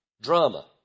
drama